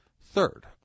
Third